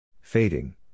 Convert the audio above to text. Fading